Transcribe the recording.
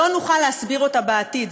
שלא נוכל להסביר אותה בעתיד.